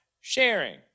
sharing